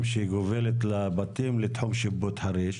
שגובלת בבתים בתחום השיפוט של חריש?